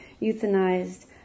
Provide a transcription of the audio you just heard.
Euthanized